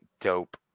dope